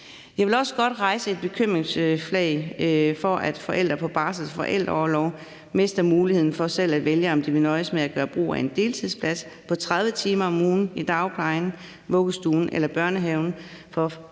Jeg vil også godt rejse et bekymringsflag i forhold til, at forældre på barsel og forældreorlov mister muligheden for selv at vælge, om de vil nøjes med at gøre brug af en deltidsplads på 30 timer om ugen i dagplejen, vuggestuen eller børnehaven for